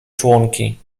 członki